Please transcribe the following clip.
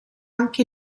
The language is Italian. anche